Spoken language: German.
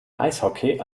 eishockey